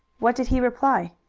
what did he reply?